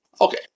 Okay